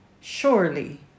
Surely